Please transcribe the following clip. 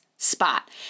spot